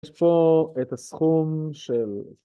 יש פה את הסכום של...